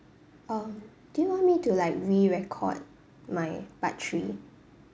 um do you want me to like re-record my part three